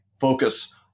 focus